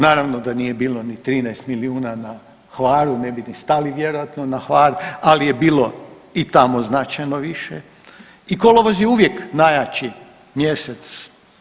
Naravno da nije bilo ni 13 milijuna na Hvaru, ne bi ni stali vjerojatno na Hvar, ali je bilo i tamo značajno više i kolovoz je uvijek najjači mjesec.